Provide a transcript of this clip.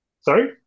Sorry